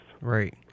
Right